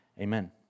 Amen